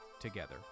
together